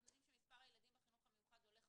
אנחנו יודעים שמספר הילדים בחינוך המיוחד הולך